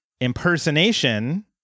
impersonation